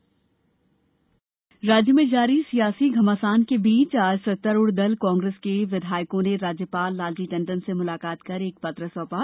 राज्यपाल कांग्रेस पत्र राज्य में जारी सियासी घमासान के बीच आज सत्तारूढ़ दल कांग्रेस के विधायकों ने राज्यपाल लालजी टंडन से मुलाकात कर एक पत्र सौंपा